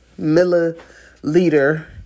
milliliter